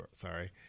sorry